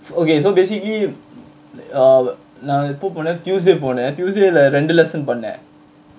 okay so basically uh நா எப்ப போன:naa eppa pona tuesday போன:pona tuesday lah ரெண்டு:rendu lesson பண்ணே:pannae